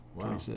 Wow